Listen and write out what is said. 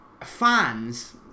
fans